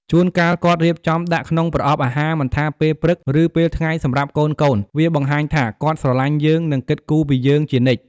ជួនកាល គាត់រៀបចំដាក់ក្នុងប្រអប់អាហារមិនថាពេលព្រឹក ឬពេលថ្ងៃសម្រាប់កូនៗ វាបង្ហាញថា គាត់ស្រឡាញ់យើងនិងគិតគូរពីយើងជានិច្ច។